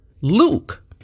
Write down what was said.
Luke